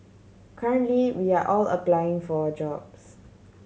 currently we are all applying for jobs